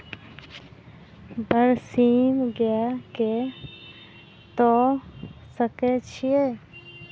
बरसीम गाय कऽ दऽ सकय छीयै?